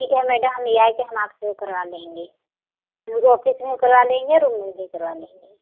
ठीक है मैडम हम ऐ आई के हम आपसे वह करवा लेंगे दोनो ऑफिस में भी करवा लेंगे रूम में भी करवा लेंगे